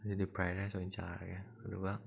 ꯉꯁꯤꯗꯤ fried rice ꯑꯣꯏ ꯆꯥꯔꯒꯦ ꯑꯗꯨꯒ